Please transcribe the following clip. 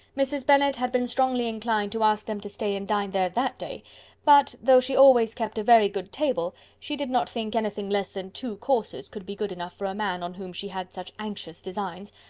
mrs. bennet had been strongly inclined to ask them to stay and dine there that day but, though she always kept a very good table, she did not think anything less than two courses could be good enough for a man on whom she had such anxious designs,